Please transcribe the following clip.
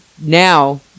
now